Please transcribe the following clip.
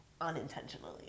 unintentionally